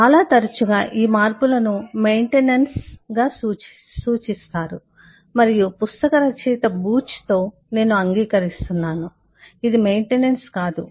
చాలా తరచుగా ఈ మార్పులను మెయింటెనెన్స్ గాmaintenance నిర్వహణ సూచిస్తారు మరియు పుస్తక రచయిత బూచ్తో నేను అంగీకరిస్తున్నాను కాదు ఇది మెయింటెనెన్స్ కాదు